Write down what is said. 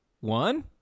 One